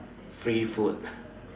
free food